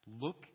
Look